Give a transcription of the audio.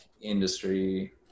industry